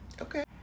okay